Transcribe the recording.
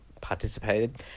participated